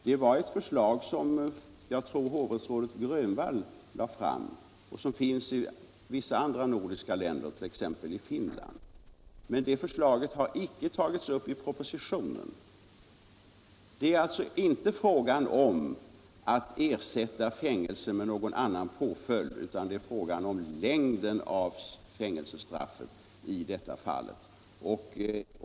Det var ett förslag som jag tror att hovrättsrådet Grönvall lade fram, och sådana bestämmelser finns i vissa andra nordiska länder, t.ex. i Finland, men det förslaget har icke tagits upp i propositionen. Det är alltså inte fråga om att ersätta fängelse med någon annan påföljd, utan det rör sig om längden av fängelsestraffet i detta fall.